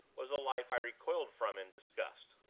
was a life i recoiled from in disgust.